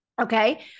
Okay